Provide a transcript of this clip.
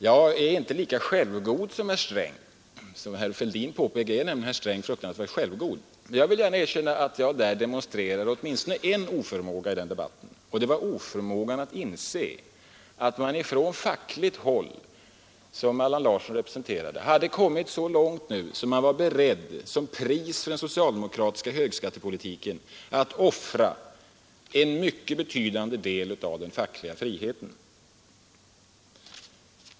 Jag är inte lika självgod som herr Sträng — såsom herr Fälldin påpekade är nämligen herr Sträng fruktansvärt självgod — och jag vill gärna säga att jag i den debatten demonstrerade åtminstone en oförmåga, nämligen oförmågan att inse att de fackliga organisationerna, som Allan Larsson representerade, hade kommit så långt att de nu var beredda att som pris för den socialdemokratiska högskattepolitiken offra en mycket betydande del av den fackliga friheten.